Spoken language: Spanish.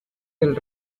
del